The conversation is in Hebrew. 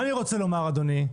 מה אני רוצה לומר, אדוני?